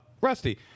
Rusty